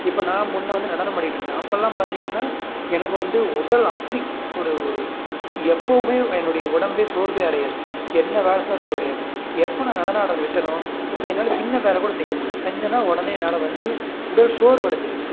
இப்போ நான் முன்ன வந்து நடனம் ஆடிகிட்ருந்தேன் அப்போலாம் பார்த்திங்கன்னா எனக்கு வந்து உடல் அப்படி ஒரு ஒரு சு எப்போவும் என்னுடைய உடம்பே சோர்வே அடையாது என்ன வேலை செஞ்சாலும் சோர்வடையாது எப்போ நான் நடனம் ஆடுறத விட்டேனோ இப்போ என்னால் சின்ன வேலை கூட செய்ய முடியல செஞ்சேனா உடனே என்னால் வந்து உடல் சோர்வடைஞ்சிடுது